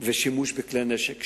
ועל שימוש בכלי נשק,